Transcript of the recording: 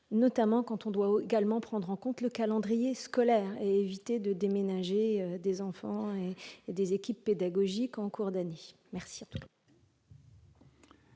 notamment quand on doit prendre en compte aussi le calendrier scolaire pour éviter de déménager des enfants et des équipes pédagogiques en cours d'année. La